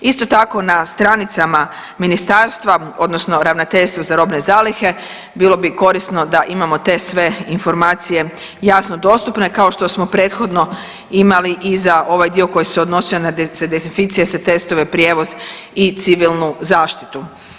Isto tako na stranicama ministarstva odnosno ravnateljstva za robne zalihe bilo bi korisno da imamo te sve informacije jasno dostupne kao što smo prethodno imali i za ovaj dio koji se odnosio na dezinficijens, … prijevoz i civilnu zaštitu.